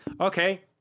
okay